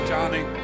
Johnny